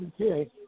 Okay